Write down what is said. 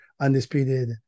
undisputed